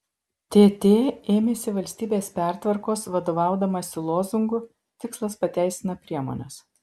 tt ėmėsi valstybės pertvarkos vadovaudamasi lozungu tikslas pateisina priemones